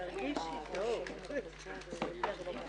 הישיבה ננעלה בשעה 10:34.